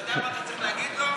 אתה יודע מה אתה צריך להגיד לו?